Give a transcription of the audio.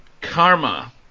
Karma